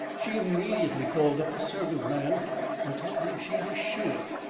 she immediately called up the servant-man, and told him she was sure,